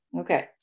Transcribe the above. Okay